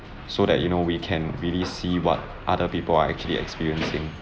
so that you know we can really see what other people are actually experiencing